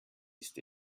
ist